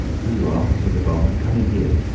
here you are, said the barman. come in here.